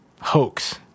hoax